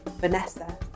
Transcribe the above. vanessa